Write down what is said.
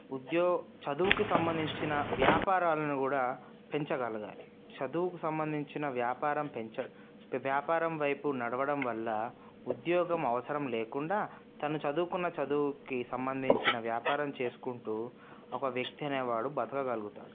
ఉద్యో చదువుకు సంబంధించిన వ్యాపారాలను కూడా పెంచగలగాలి చదువుకు సంబంధించిన వ్యాపారం పెంచడం వ్యాపారం వైపు నడవడం వల్ల ఉద్యోగం అవసరం లేకుండా తన చదువుకున్న చదువుకి సంబంధించిన వ్యాపారం చేసుకుంటూ ఒక వ్యక్తి అనేవాడు బ్రతకగాలుగుతాడు